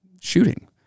shooting